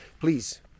Please